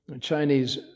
Chinese